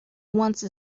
once